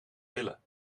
willen